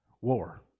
war